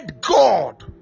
God